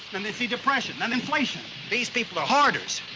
then they see depression and inflation. these people are hoarders,